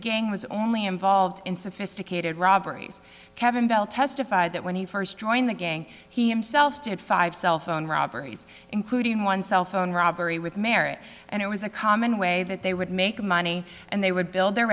was only involved in sophisticated robberies kevin bell testified that when he first joined the gang he himself had five cell phone robberies including one cell phone robbery with marriott and it was a common way that they would make money and they would build their